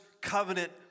covenant